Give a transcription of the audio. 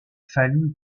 fallu